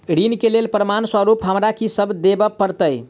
ऋण केँ लेल प्रमाण स्वरूप हमरा की सब देब पड़तय?